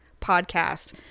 podcasts